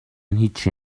هیچی